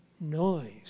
noise